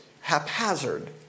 haphazard